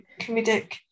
comedic